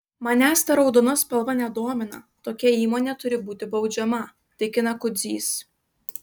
manęs ta raudona spalva nedomina tokia įmonė turi būti baudžiama tikina kudzys